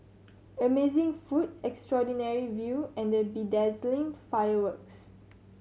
amazing food extraordinary view and bedazzling fireworks